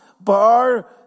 Bar